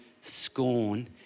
scorn